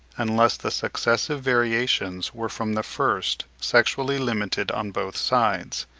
unless the successive variations were from the first sexually limited on both sides,